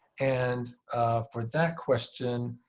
and for that question,